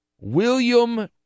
William